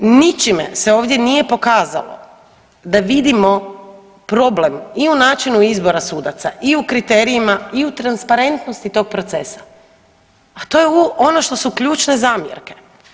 Ničime se ovdje nije pokazalo da vidimo problem i u načinu izbora sudaca i u kriterijima i u transparentnosti tog procesa, a to je ono što su ključne zamjerke.